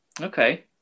okay